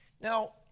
Now